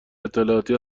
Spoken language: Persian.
اطلاعاتی